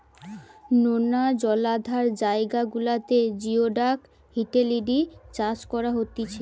নোনা জলাধার জায়গা গুলাতে জিওডাক হিটেলিডি চাষ করা হতিছে